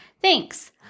Thanks